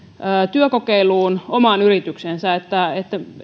työkokeiluun omaan yritykseensä että